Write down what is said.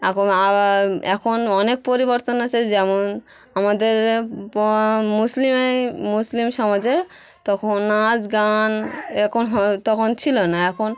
এখন আবার এখন অনেক পরিবর্তন এসেছে যেমন আমাদের মুসলিম এই মুসলিম সমাজে তখন নাচ গান এখন হয় তখন ছিল না এখন